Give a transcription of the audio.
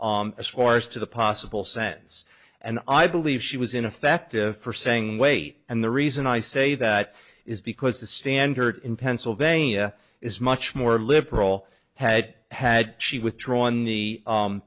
force to the possible sense and i believe she was ineffective for saying wait and the reason i say that is because the standard in pennsylvania is much more liberal had had she withdrawn the